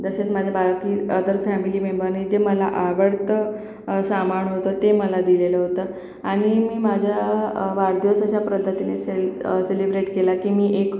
तसेच माझ्या बाकी अदर फॅमिली मेंबरने जे मला आवडतं सामान होतं ते मला दिलेलं होतं आणि मी माझ्या वाढदिवसाच्या पद्धतीने सेल सेलिब्रेट केला की मी एक